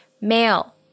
male